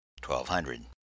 Twelve-hundred